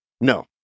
No